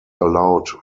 allowed